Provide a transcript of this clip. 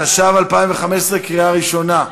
התשע"ו 2015, בקריאה ראשונה.